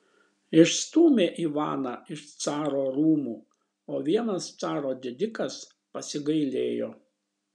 išstūmė ivaną iš caro rūmų o vienas caro didikas pasigailėjo